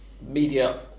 media